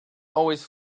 always